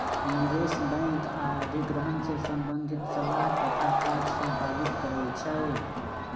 निवेश बैंक आऽ अधिग्रहण से संबंधित सलाह तथा काज संपादित करइ छै